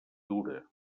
dura